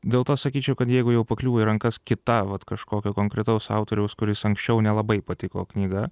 dėl to sakyčiau kad jeigu jau pakliuvo į rankas kita vat kažkokio konkretaus autoriaus kuris anksčiau nelabai patiko knyga